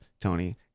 Tony